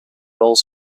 roles